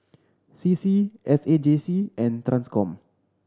C C S A J C and Transcom